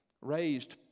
raised